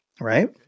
Right